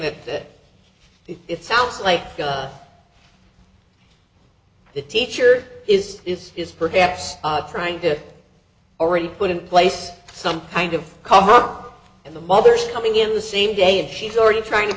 that it sounds like the teacher is is is perhaps trying to already put in place some kind of calm up and the mother's coming in the same day and she's already trying to